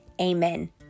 amen